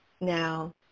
Now